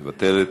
מוותרת,